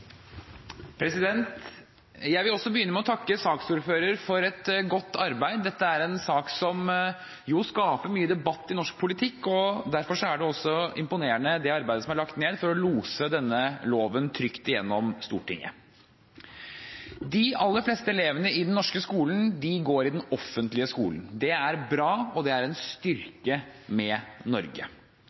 til. Jeg vil også begynne med å takke saksordføreren for et godt arbeid. Dette er en sak som skaper mye debatt i norsk politikk, og derfor er det også imponerende det arbeidet som er lagt ned for å lose denne loven trygt gjennom i Stortinget. De aller fleste elevene i den norske skolen går i den offentlige skolen. Det er bra, og det er en styrke ved Norge.